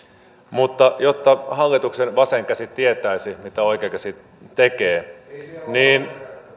mutta jotta hallituksen vasen käsi tietäisi mitä oikea käsi tekee niin